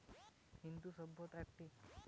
সব চেয়ে পুরানো সভ্যতা গুলার মধ্যে ইন্দু সভ্যতা একটি